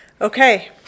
Okay